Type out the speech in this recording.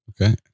Okay